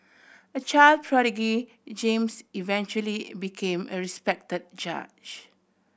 a child prodigy James eventually became a respect judge